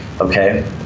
Okay